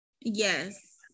yes